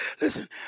Listen